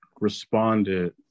responded